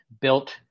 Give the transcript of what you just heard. built